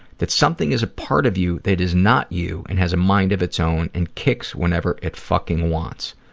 that something is a part of you that is not you and has a mind of its own and it kicks whenever it fucking wants.